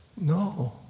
No